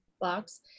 box